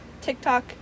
TikTok